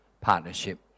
partnership